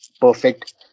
perfect